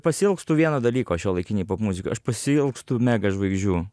pasiilgstu vieno dalyko šiuolaikinėj popmuzikoj aš pasiilgstu mega žvaigždžių